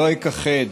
לא אכחד,